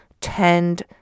tend